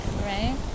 right